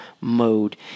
mode